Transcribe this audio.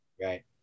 right